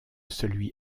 celui